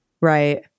Right